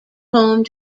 home